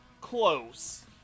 close